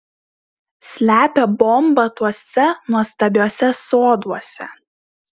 slepia bombą tuose nuostabiuose soduose